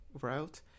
route